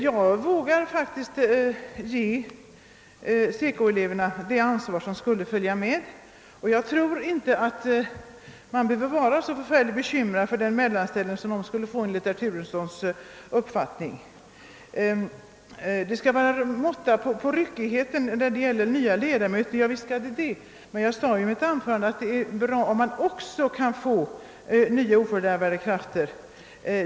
Jag vågar faktiskt ge SECO-eleverna det ansvar som följer därmed, och jag tror inte att man behöver vara så förfärligt bekymrad för den mellanställning som de skulle få enligt herr Turessons uppfattning. Det skall vara måtta på ryckigheten när det gäller nya ledamöter, sade herr Turesson. Ja visst skall det det. Men jag sade i mitt anförande att det är bra, om man också kan få nya ofördärvade krafter.